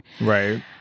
right